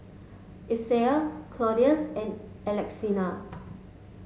Isaiah Claudius and Alexina